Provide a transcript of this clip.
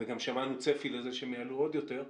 וגם שמענו צפי שהם יעלו עוד יותר.